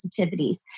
sensitivities